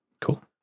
Cool